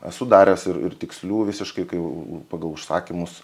esu daręs ir ir tikslių visiškai kai pagal užsakymus